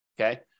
Okay